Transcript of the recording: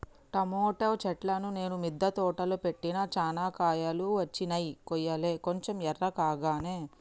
tomato చెట్లును నేను మిద్ద తోటలో పెట్టిన చానా కాయలు వచ్చినై కొయ్యలే కొంచెం ఎర్రకాగానే